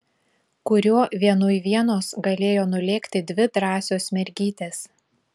kuriuo vienui vienos galėjo nulėkti dvi drąsios mergytės